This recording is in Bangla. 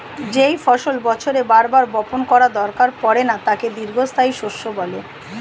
যেই ফসল বছরে বার বার বপণ করার দরকার পড়ে না তাকে দীর্ঘস্থায়ী শস্য বলে